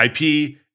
IP